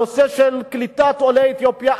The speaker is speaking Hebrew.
הנושאים של קליטת עולי אתיופיה,